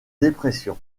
dépression